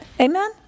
Amen